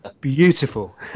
beautiful